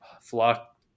Flock